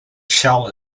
shell